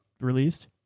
released